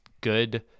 Good